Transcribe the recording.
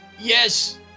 Yes